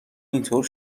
اینطور